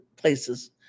places